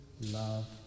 love